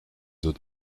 zone